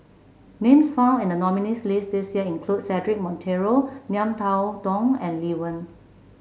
names found in the nominees' list this year include Cedric Monteiro Ngiam Tong Dow and Lee Wen